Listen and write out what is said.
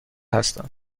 هستم